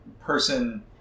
person